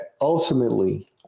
ultimately